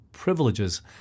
privileges